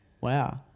Wow